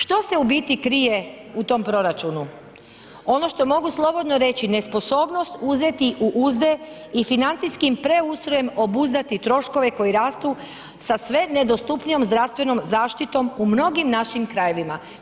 Što se u biti krije u tom proračunu? ono što mogu slobodno reći, nesposobnost uzeti u uzde i financijskim preustrojem obuzdati troškove koji rastu sa sve nedostupnijom zdravstvenom zaštitom u mnogim našim krajevima.